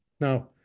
Now